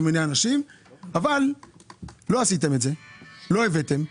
אבל לא עשיתם את זה ולא הבאתם.